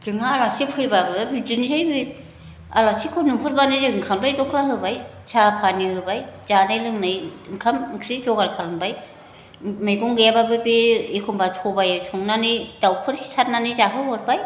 जोंहा आलासि फैबाबो बिदिनोसै बै आलासिखौ नुहरबानो जों खामफ्लाय दख्ला होबाय साहा फानि होबाय जानाय लोंनाय ओंखाम ओंख्रि जगार खालामबाय मैगं गैयाब्लाबो बे एखनबा सबाय संनानै दाउफोर सिथारनानै जाहो हरबाय